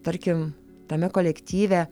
tarkim tame kolektyve